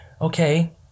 okay